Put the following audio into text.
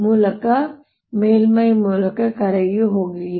ಮೂಲಕ ಮೇಲ್ಮೈ ಮೂಲಕ ಕರಗಿ ಹೋಗಿದೆ